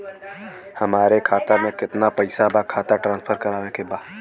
हमारे खाता में कितना पैसा बा खाता ट्रांसफर करावे के बा?